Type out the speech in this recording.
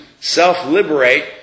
self-liberate